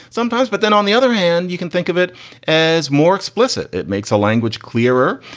sometimes. but then on the other hand, you can think of it as more explicit. it makes a language clearer.